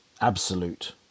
absolute